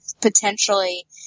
potentially